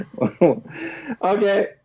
Okay